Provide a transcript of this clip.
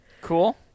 cool